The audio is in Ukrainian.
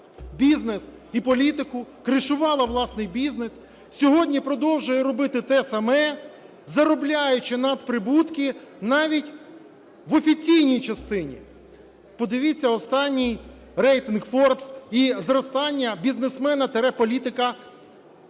бізнес і політику, кришувала власний бізнес. Сьогодні продовжує робити те саме, заробляючи надприбутки навіть в офіційній частині. Подивіться останній рейтинг "Форбс" і зростання бізнесмена тире політика,